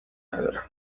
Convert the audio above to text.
ندارم